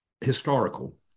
historical